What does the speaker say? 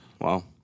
Wow